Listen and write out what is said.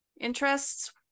interests